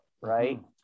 right